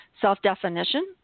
self-definition